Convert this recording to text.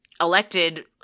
elected